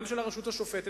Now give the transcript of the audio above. גם של הרשות השופטת,